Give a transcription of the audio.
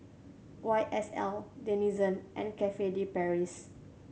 Y S L Denizen and Cafe De Paris